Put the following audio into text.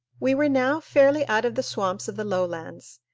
we were now fairly out of the swamps of the lowlands,